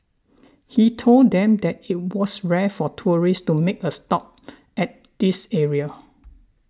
he told them that it was rare for tourists to make a stop at this area